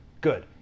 good